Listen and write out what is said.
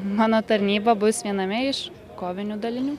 mano tarnyba bus viename iš kovinių dalinių